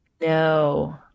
No